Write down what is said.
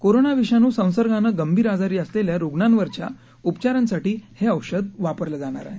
corona विषाणू संसर्गानं गंभीर आजारी असलेल्या रुग्णांवरच्या उपचारांसाठी हे औषध वापरलं जाणार आहे